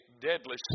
deadly